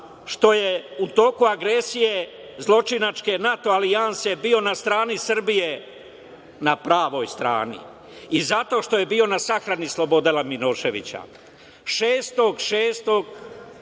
što je u toku agresije zločinačke NATO alijanse bio na strani Srbije, na pravoj strani, i zato što je bio na sahrani Slobodana Miloševića. Dana 6.